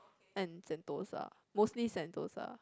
and sentosa mostly sentosa